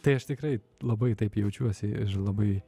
tai aš tikrai labai taip jaučiuosi labai